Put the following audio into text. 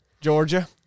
Georgia